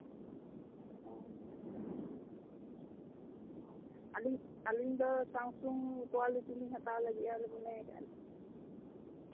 ᱚ ᱚ ᱟᱹᱞᱤᱧ ᱟᱹᱞᱤᱧ ᱫᱚ ᱥᱟᱢᱥᱩᱝ ᱠᱳᱣᱟᱞᱤᱴᱤ ᱞᱤᱧ ᱦᱟᱛᱟᱣᱟ ᱢᱚᱱᱮ ᱟᱠᱟᱫ ᱟᱹᱞᱤᱧ